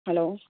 hello